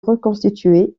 reconstitué